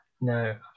no